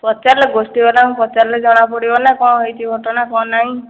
ପଚାରିଲେ ଗୋଷ୍ଠୀ ବାଲାଙ୍କୁ ପଚାରିଲେ ଜଣା ପଡ଼ିବ ନା କ'ଣ ହେଇଛି ଘଟଣା କ'ଣ ନାହିଁ